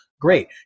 great